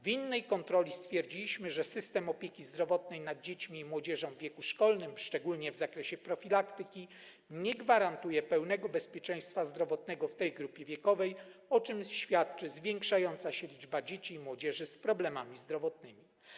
W innej kontroli stwierdziliśmy, że system opieki zdrowotnej nad dziećmi i młodzieżą w wieku szkolnym, szczególnie w zakresie profilaktyki, nie gwarantuje pełnego bezpieczeństwa zdrowotnego tej grupie wiekowej, o czym świadczy zwiększająca się liczba dzieci i młodzieży z problemami zdrowotnymi.